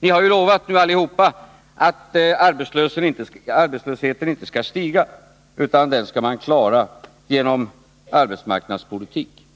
Ni har ju lovat nu, allihopa, att arbetslösheten inte skall stiga utan att sysselsättningen skall klaras genom arbetsmarknadspolitik. Gösta